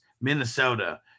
Minnesota